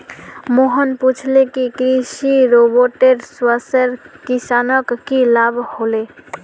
मोहन पूछले कि कृषि रोबोटेर वस्वासे किसानक की लाभ ह ले